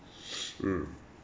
mm